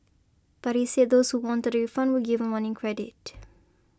but he said those who wanted a refund were given one in credit